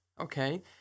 Okay